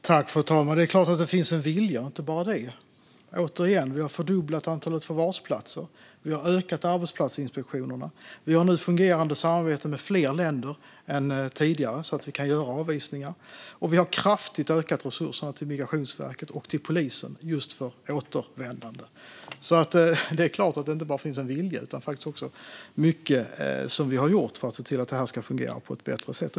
Fru talman! Det är klart att det finns en vilja - och inte bara det. Återigen: Vi har fördubblat antalet förvarsplatser. Vi har ökat arbetsplatsinspektionerna. Vi har nu ett fungerande samarbete med fler länder än tidigare, så att vi kan göra avvisningar. Vi har också kraftigt ökat resurserna till Migrationsverket och polisen just för återvändande. Det är klart att det inte bara finns en vilja. Vi har gjort mycket för att se till att det ska fungera på ett bättre sätt.